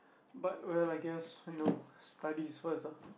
but well I guess you know studies first ah